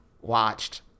watched